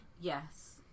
Yes